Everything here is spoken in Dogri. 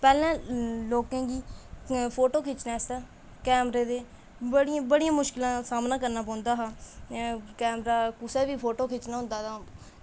पैह्लें लोकें गी फोटो खिच्चने आस्तै कैमरे दे बड़ी बड़ियें मुश्कलें दा सामना करना पौंदा हा कैमरा कुसै बी फोटो खिच्चना होंदा तां